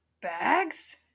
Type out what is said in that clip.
bags